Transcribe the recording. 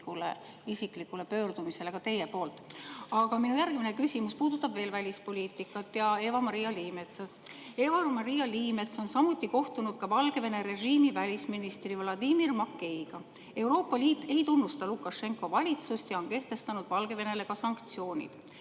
isiklikule pöördumisele teie poolt. Minu järgmine küsimus puudutab veel välispoliitikat ja Eva-Maria Liimetsa. Eva-Maria Liimets on kohtunud ka Valgevene režiimi välisministri Vladimir Makeiga. Euroopa Liit ei tunnusta Lukašenka valitsust ja on kehtestanud Valgevenele sanktsioonid.